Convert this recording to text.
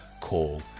call